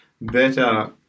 better